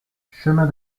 chemin